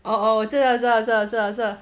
哦哦我知道知道知道知道